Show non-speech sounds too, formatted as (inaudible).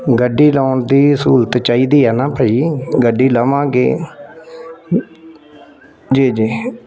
ਗੱਡੀ ਲਗਾਉਣ ਦੀ ਸਹੂਲਤ ਚਾਹੀਦੀ ਹੈ ਨਾ ਭਾਅ ਜੀ ਗੱਡੀ ਲਾਵਾਂਗੇ (unintelligible) ਜੀ ਜੀ